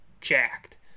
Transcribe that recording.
jacked